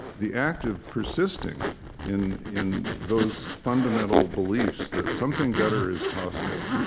the act of persisting in in those fundamental beliefs that something better is possible.